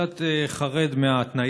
תודה